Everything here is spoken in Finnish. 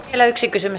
vielä yksi kysymys